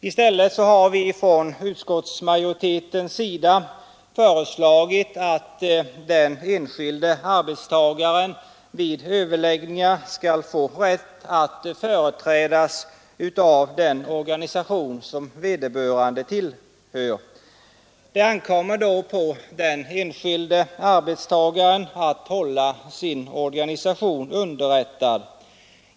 I stället har utskottsmajoriteten föreslagit att den enskilde arbetstagaren vid överläggningar skall få rätt att företrädas av den organisation som vederbörande tillhör. Det ankommer då på den enskilde arbetstagaren att hålla sin organisation underrättad.